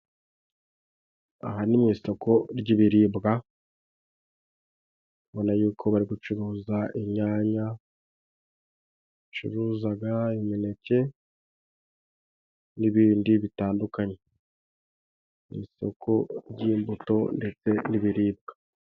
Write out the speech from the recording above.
Aha ni mu isoko ry'ibiribwa, ubona y'uko bari gucuruza inyanya, bacuruza imineke ni ibindi bitandukanye, ni isoko ry'imbuto ndetse n'ibiribwa.